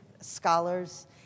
scholars